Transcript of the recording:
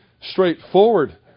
straightforward